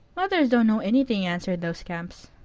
mothers don't know anything, answered those scamps.